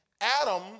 Adam